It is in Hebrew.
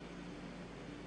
מצגת)